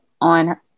on